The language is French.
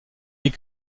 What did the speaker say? est